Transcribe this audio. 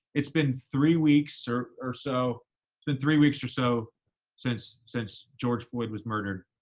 it's been three weeks or or so, it's been three weeks or so since, since george floyd was murdered,